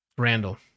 Randall